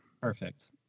Perfect